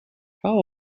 how